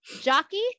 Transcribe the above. jockey